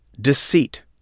deceit